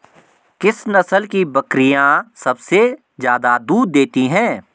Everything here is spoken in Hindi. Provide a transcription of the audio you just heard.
किस नस्ल की बकरीयां सबसे ज्यादा दूध देती हैं?